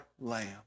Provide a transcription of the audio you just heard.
Lamb